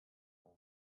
auf